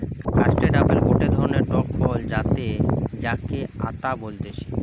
custard apple গটে ধরণের টক ফল যাতে যাকে আতা বলতিছে